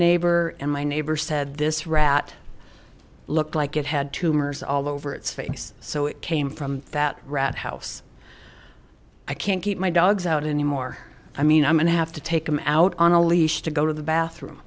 neighbor and my neighbor said this rat looked like it had tumors all over its face so it came from that rat house i can't keep my dogs out anymore i mean i'm going to have to take him out on a leash to go to the bathroom